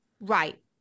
Right